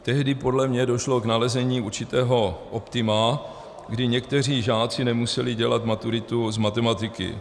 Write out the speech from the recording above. Tehdy podle mě došlo k nalezení určitého optima, kdy někteří žáci nemuseli dělat maturitu z matematiky.